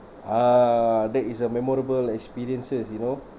a'ah that is a memorable experiences you know